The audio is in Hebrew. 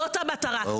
זאת המטרה.